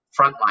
frontline